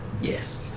Yes